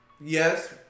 yes